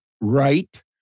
Right